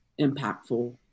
impactful